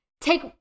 take